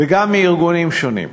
וגם מארגונים שונים.